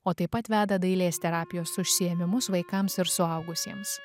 o taip pat veda dailės terapijos užsiėmimus vaikams ir suaugusiems